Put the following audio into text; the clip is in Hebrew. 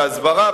בהסברה,